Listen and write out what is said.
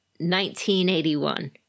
1981